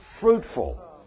fruitful